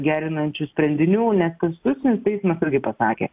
gerinančių sprendinių nes konstitucinis teismas irgi pasakė